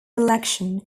election